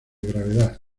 gravedad